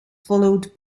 followed